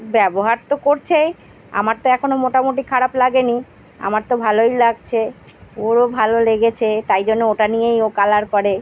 ব্যবহার তো করছেই আমার তো এখনো মোটামুটি খারাপ লাগেনি আমার তো ভালোই লাগছে ওরও ভালো লেগেছে তাই জন্য ওটা নিয়েই ও কালার করে